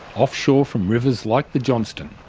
offshore from rivers like the johnstone.